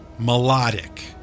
Melodic